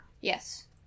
Yes